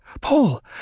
Paul